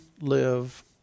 live